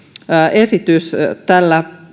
esitys tällä